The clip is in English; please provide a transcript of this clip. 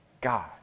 God